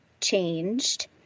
changed